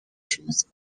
choose